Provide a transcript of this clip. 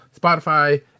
Spotify